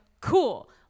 cool